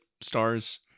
stars